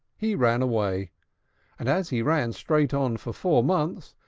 he ran away and as he ran straight on for four months,